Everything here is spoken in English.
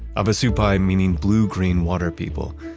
havasupai, meaning blue-green water people,